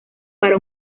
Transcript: para